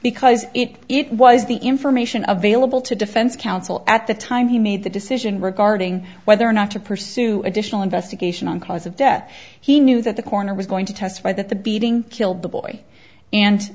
because it was the information available to defense counsel at the time he made the decision regarding whether or not to pursue additional investigation on cause of death he knew that the coroner was going to testify that the beating killed the boy and